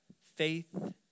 faith